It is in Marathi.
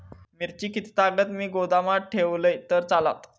मिरची कीततागत मी गोदामात ठेवलंय तर चालात?